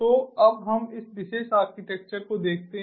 तो अब हम इस विशेष आर्किटेक्चर को देखते हैं